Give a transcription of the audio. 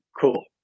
Cool